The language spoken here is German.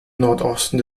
nordosten